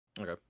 okay